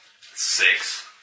Six